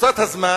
במרוצת הזמן